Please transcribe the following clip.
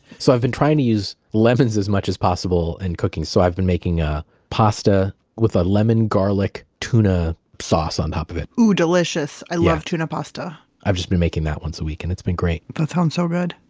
so i've been trying to use lemons as much as possible in and cooking. so i've been making a pasta with a lemon garlic tuna sauce on top of it oh, delicious. i love tuna pasta i've just been making that once a week and it's been great that sounds so good.